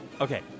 okay